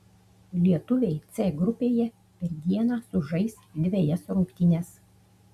lietuviai c grupėje per dieną sužais dvejas rungtynes